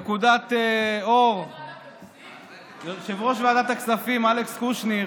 נקודת אור, יושב-ראש ועדת הכספים אלכס קושניר.